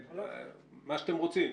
מה שאתם רוצים.